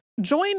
Join